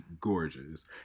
gorgeous